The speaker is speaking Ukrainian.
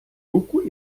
руку